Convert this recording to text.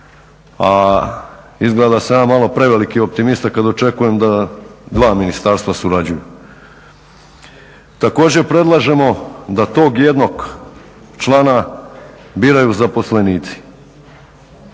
A izgleda da sam ja malo preveliki optimista kada očekujem da dva ministarstva surađuju. Također predlažemo da tog jednog člana biraju zaposlenici.